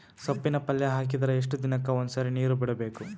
ಸೊಪ್ಪಿನ ಪಲ್ಯ ಹಾಕಿದರ ಎಷ್ಟು ದಿನಕ್ಕ ಒಂದ್ಸರಿ ನೀರು ಬಿಡಬೇಕು?